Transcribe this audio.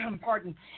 Pardon